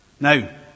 Now